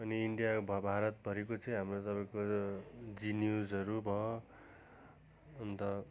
अन्त इन्डिया भ भारतभरि चाहिँ हाम्रो तपाईँको जी न्युजहरू भयो अन्त